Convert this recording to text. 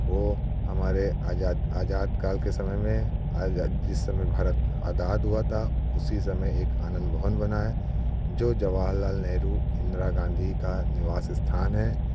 वह हमारे आज़ाद आज़ाद काल के समय में आज़ाद जिस समय भारत आज़ाद हुआ था उसी समय एक आनंद भवन बना है जो जवाहरलाल नेहरू इंदिरा गांधी का निवास स्थान है